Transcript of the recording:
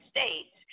States